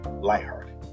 lighthearted